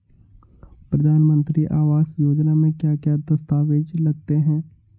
प्रधानमंत्री आवास योजना में क्या क्या दस्तावेज लगते हैं?